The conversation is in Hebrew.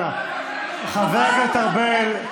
חבר הכנסת ארבל,